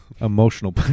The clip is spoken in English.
emotional